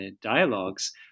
dialogues